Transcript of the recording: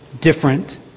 different